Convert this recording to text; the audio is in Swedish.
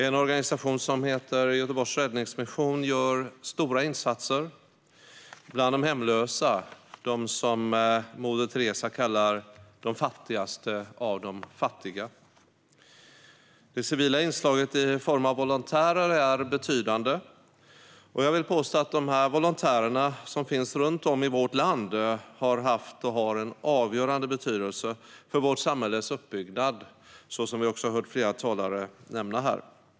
En organisation som heter Göteborgs Räddningsmission gör stora insatser bland de hemlösa, de som Moder Teresa kallade de fattigaste av de fattiga. Det civila inslaget i form av volontärer är betydande. Jag vill påstå att de volontärer som finns runt om i vårt land har haft och har en avgörande betydelse för vårt samhälles uppbyggnad, som vi har hört flera talare nämna här.